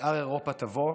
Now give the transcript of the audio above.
שאר אירופה תבוא,